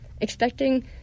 expecting